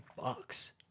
bucks